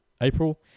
April